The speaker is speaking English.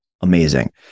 Amazing